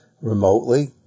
remotely